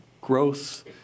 growth